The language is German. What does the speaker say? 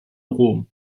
rom